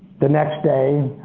the next day,